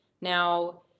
now